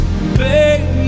Baby